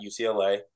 UCLA